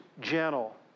gentle